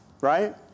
Right